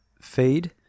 feed